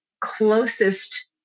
closest